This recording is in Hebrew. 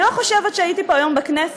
אני לא חושבת שהייתי פה היום בכנסת